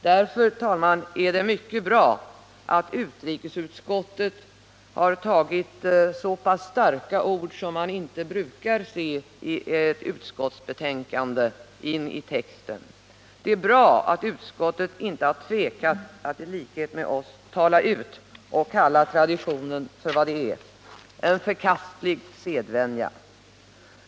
Därför, herr talman, är det mycket bra att utrikesutskottet har använt så pass starka ord som man inte brukar se i ett utskottsbetänkande. Det är bra att utskottet inte har tvekat att i likhet med oss tala ut och kalla denna tradition vad den är: en förkastlig sedvänja.